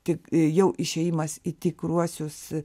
tik jau išėjimas į tikruosius